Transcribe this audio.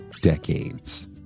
decades